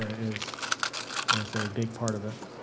is is a big part of it.